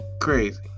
crazy